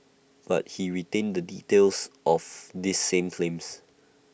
but he retained the details of these same claims